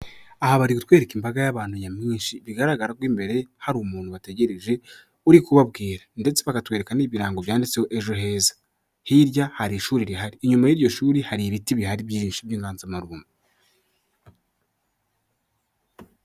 Aha bari kutwereka imbaga y'abantu nyamwinshi bigaragara ko imbere hari umuntu bategereje uri kubabwira ndetse bakatwereka n'ibirango byanditseho ejo heza, hirya hari ishuri rihari, inyuma y'iryo shuri hari ibiti bihari byinshi by'inganzamarumbo.